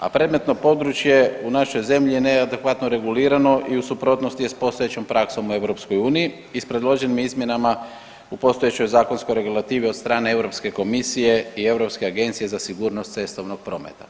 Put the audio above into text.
A predmetno područje u našoj zemlji je neadekvatno regulirano i u suprotnosti je s postojećom praksom u EU i s predloženim izmjenama u postojećoj zakonskoj regulativi od strane Europske komisije i Europske agencije za sigurnost cestovnog prometa.